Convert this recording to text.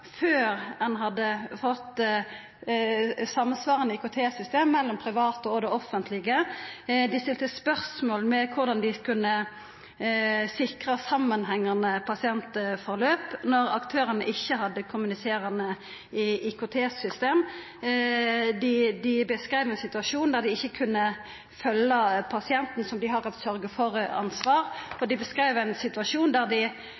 offentlege. Dei stilte spørsmål ved korleis dei kunne sikra samanhengande pasientløp når aktørane ikkje hadde kommuniserande IKT-system. Dei beskreiv ein situasjon der ein ikkje kunne følgja pasienten som dei har eit sørgja-for-ansvar for, og dei beskreiv ein situasjon der dei